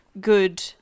good